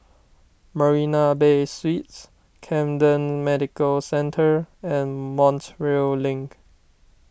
Marina Bay Suites Camden Medical Centre and Montreal Link